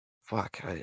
fuck